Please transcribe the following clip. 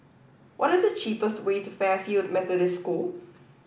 what is the cheapest way to Fairfield Methodist School